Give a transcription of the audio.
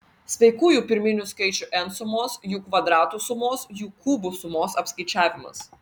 sveikųjų pirminių skaičių n sumos jų kvadratų sumos jų kubų sumos apskaičiavimas